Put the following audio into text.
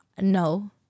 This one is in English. No